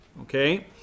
Okay